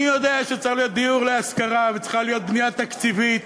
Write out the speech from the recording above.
אני יודע שצריך להיות דיור להשכרה וצריכה להיות בנייה תקציבית